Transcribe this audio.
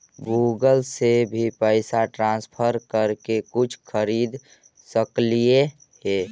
Google से भी पैसा ट्रांसफर कर के कुछ खरिद सकलिऐ हे?